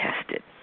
tested